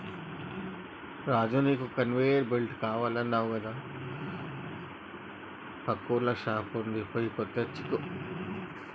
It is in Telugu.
రాజు నీకు కన్వేయర్ బెల్ట్ కావాలన్నావు కదా పక్కూర్ల షాప్ వుంది పోయి తెచ్చుకో